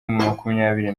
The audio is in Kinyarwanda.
makumyabiri